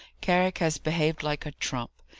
carrick has behaved like a trump.